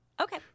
Okay